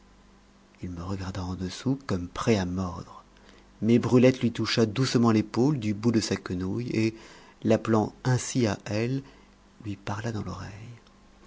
il me regarda en dessous comme prêt à mordre mais brulette lui toucha doucement l'épaule du bout de sa quenouille et l'appelant ainsi à elle lui parla dans l'oreille